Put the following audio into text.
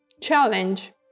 challenge